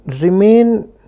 remain